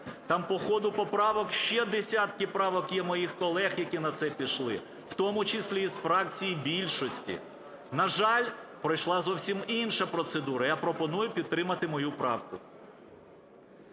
Там по ходу поправок ще десятки правок є моїх колег, які на це пішли, в тому числі із фракції більшості. На жаль, пройшла зовсім інша процедура. Я пропоную підтримати мою правку.